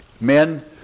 men